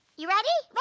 you ready?